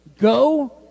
go